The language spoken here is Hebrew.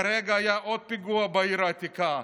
כרגע היה עוד פיגוע בעיר העתיקה.